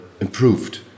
improved